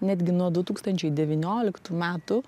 netgi nuo du tūkstančiai devynioliktų metų